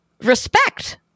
respect